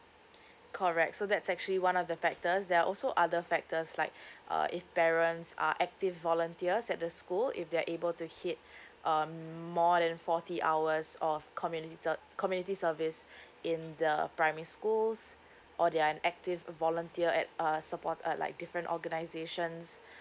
correct so that's actually one of the factors there are also other factors like uh if parents are active volunteers at the school if they're able to hit um more than forty hours of communited community service in the primary schools or they're an active volunteer at uh support uh like different organizations